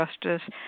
justice